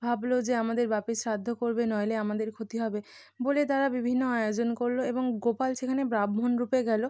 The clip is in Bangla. ভাবল যে আমাদের বাপের শ্রাদ্ধ করবে নইলে আমাদের ক্ষতি হবে বলে তারা বিভিন্ন আয়োজন করল এবং গোপাল সেখানে ব্রাহ্মণ রূপে গেলো